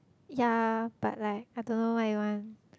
ya but like I don't know what I want